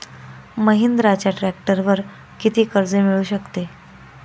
महिंद्राच्या ट्रॅक्टरवर किती कर्ज मिळू शकते?